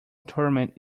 tournament